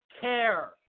care